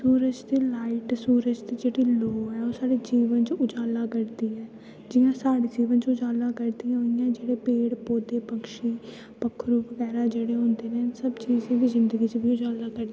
सूरज दी लाईट सूरज दी जेह्ड़ी लोऽ ऐ ओह् साढ़े जीवन च उजाला करदी ऐ जियां साढ़े जीवन च उजाला करदी ऐ इ'यां जेह्ड़े पेड़ पौधे पक्षी पक्खरू बगैरा होंदे न सब्भ चीजें दा जिन्दगी च उजाला करदियां